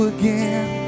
again